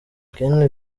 ken